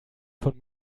von